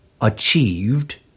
achieved